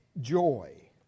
joy